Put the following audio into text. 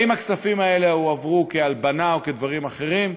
האם הכספים האלה הועברו כהלבנה או כדברים אחרים,